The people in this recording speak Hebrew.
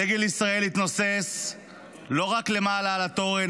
דגל ישראל יתנוסס לא רק למעלה על התורן,